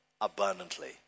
abundantly